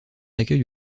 accueil